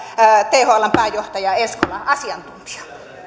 thln pääjohtaja eskola asiantuntija